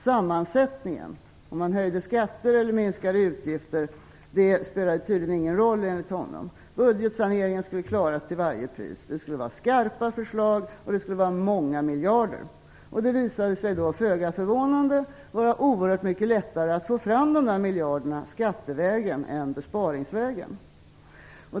Sammansättningen - om man höjde skatter eller minskade utgifter - spelade ingen roll enligt honom. Budgetsaneringen skulle klaras till varje pris. Det skulle vara skarpa förslag, och det skulle vara många miljarder. Och det visade sig, föga förvånande, vara oerhört mycket lättare att få fram dessa miljarder skattevägen än besparingsvägen.